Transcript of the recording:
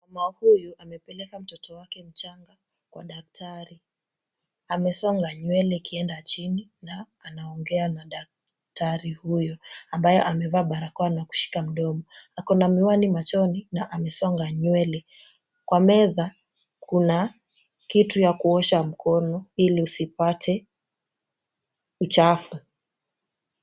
Mama huyu amepeleka mtoto wake mchanga kwa daktari, amesonga nywele ikienda chini, na anaongea na daktari huyu ambaye amevaa barakoa na kushika mdomo. Ako na miwani machoni na amesonga nywele. Kwa meza kuna kitu ya kuosha mkono ili usipate uchafu.